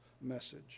message